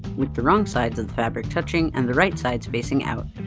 with the wrong sides of the fabric touching and the right sides facing out,